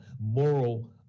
moral